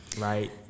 right